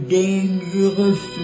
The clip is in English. dangerous